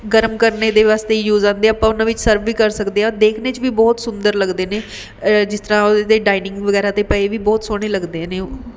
ਗਰਮ ਕਰਨ ਦੇ ਵਾਸਤੇ ਹੀ ਯੂਜ਼ ਆਉਂਦੇ ਆਪਾਂ ਉਹਨਾਂ ਵਿੱਚ ਸਰਵ ਵੀ ਕਰ ਸਕਦੇ ਹਾਂ ਦੇਖਣ 'ਚ ਵੀ ਬਹੁਤ ਸੁੰਦਰ ਲੱਗਦੇ ਨੇ ਜਿਸ ਤਰ੍ਹਾਂ ਉਹਦੇ 'ਤੇ ਡਾਇਨਿੰਗ ਵਗੈਰਾ 'ਤੇ ਪਏ ਵੀ ਬਹੁਤ ਸੋਹਣੇ ਲੱਗਦੇ ਨੇ ਉਹ